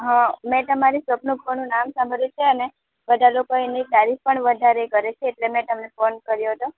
હાં મેં તમારી શોપનું ઘણું નામ સાંભળ્યું છે અને બધાં લોકો એની તારીફ પણ વધારે કરે છે એટલે મેં તમને ફોન કર્યો તો